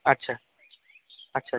আচ্ছা আচ্ছা আচ্ছা